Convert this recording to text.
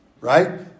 right